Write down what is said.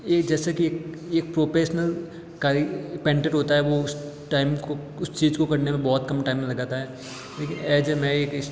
ये जैसे कि एक ये एक प्रोफेशनलकारी पेंटर होता है वो उस टाइम को उस चीज़ को करने में बहुत कम टाइम लगाता है ऐज़ ए मैं एक